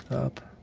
up,